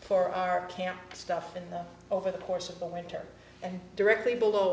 for our camp stuff and over the course of the military and directly below